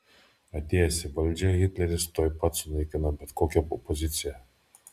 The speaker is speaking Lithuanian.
atėjęs į valdžią hitleris tuoj pat sunaikino bet kokią opoziciją